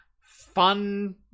fun